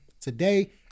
today